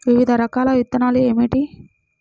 వివిధ రకాల విత్తనాలు ఏమిటి?